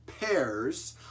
pairs